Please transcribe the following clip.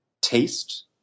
taste